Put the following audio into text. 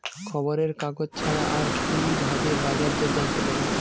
খবরের কাগজ ছাড়া আর কি ভাবে বাজার দর জানতে পারি?